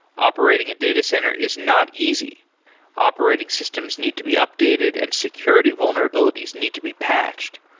operating a data center is not easy operating systems need to be updated and security vulnerabilities need to be patched.